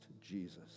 Jesus